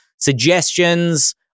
suggestions